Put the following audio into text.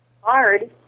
hard